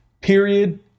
Period